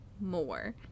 more